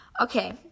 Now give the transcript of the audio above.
Okay